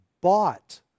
bought